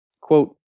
quote